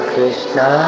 Krishna